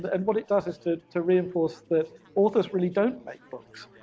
and what it does is to to reinforce that authors really don't make books.